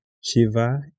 shiva